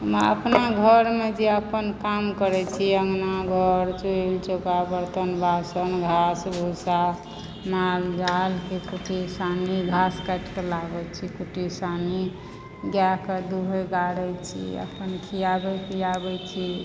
हम अपना घर मे जे अपन काम करै छियै हमरा घर छै ई चौका बर्तन बासन घास भूसा माल जाल कुट्टी सानी घास काटि कऽ लाबै छी कुट्टी सानी गाय के दुहै गारै छी अपन खियाबै पियाबै छी